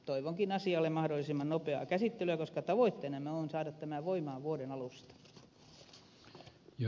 toivonkin asialle mahdollisimman nopeaa käsittelyä koska tavoitteenamme on saada tämä voimaan vuoden alusta